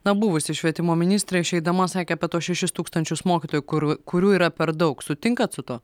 na buvusi švietimo ministrė išeidama sakė apie tuos šešis tūkstančius mokytojų kur kurių yra per daug sutinkat su tuo